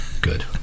Good